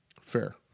Fair